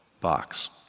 box